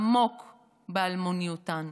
עמוק באלמוניותן.